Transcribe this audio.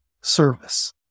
service